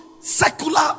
secular